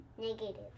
negative